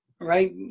right